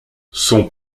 son